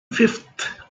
fifth